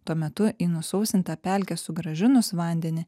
tuo metu į nusausintą pelkę sugrąžinus vandenį